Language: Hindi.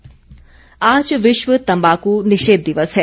तंबाकू दिवस आज विश्व तंबाकू निषेध दिवस है